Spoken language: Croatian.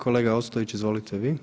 Kolega Ostojić izvolite vi.